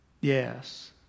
yes